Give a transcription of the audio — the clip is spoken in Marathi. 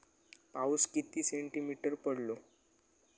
पाऊस किती सेंटीमीटर पडलो?